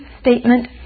statement